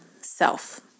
self